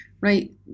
right